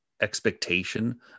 expectation